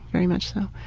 very much so,